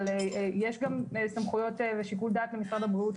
אבל יש גם סמכויות לשיקול דעת למשרד הבריאות,